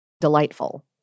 delightful